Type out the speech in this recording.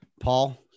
Paul